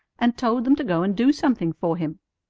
and told them to go and do something for him.